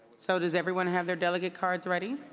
so news everyone have their delegate cards ready?